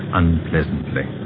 unpleasantly